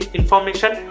information